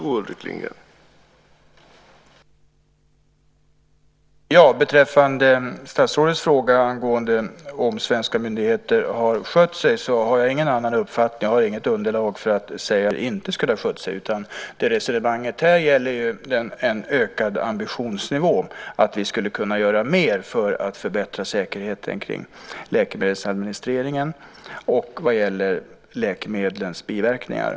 Herr talman! Beträffande statsrådets fråga om svenska myndigheter har skött sig har jag ingen annan uppfattning. Jag har inget underlag för att säga att svenska myndigheter inte skulle ha skött sig. Det resonemanget här gäller är en ökad ambitionsnivå, att vi skulle kunna göra mer för att förbättra säkerheten kring läkemedelsadministreringen och vad gäller läkemedlens biverkningar.